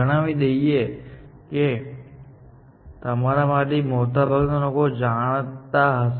જણાવી દઈએ કે તમારામાંથી મોટાભાગના લોકો જાણતા હશે